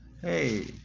Hey